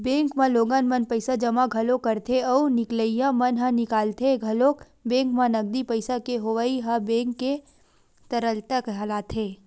bank म लोगन मन पइसा जमा घलोक करथे अउ निकलइया मन ह निकालथे घलोक बेंक म नगदी पइसा के होवई ह बेंक के तरलता कहलाथे